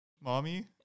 Mommy